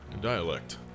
dialect